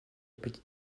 petite